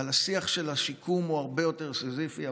השיח של השיקום הוא הרבה יותר סיזיפי,